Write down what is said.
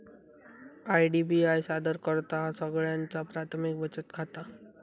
IDBI सादर करतहा सगळ्यांचा प्राथमिक बचत खाता